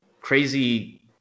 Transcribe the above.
crazy